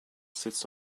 sits